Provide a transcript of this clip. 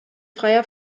freier